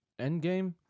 Endgame